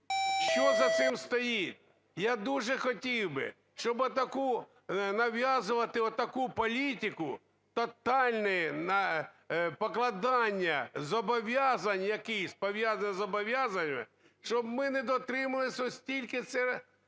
Що за цим стоїть? Я дуже хотів би, щоб нав'язувати таку політику, тотальне покладання зобов'язань якихось, пов'язаних із зобов'язаннями, щоб ми не дотримувалися, оскільки це